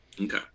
Okay